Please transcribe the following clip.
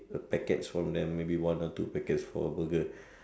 a packets from them maybe one or two packets for a Burger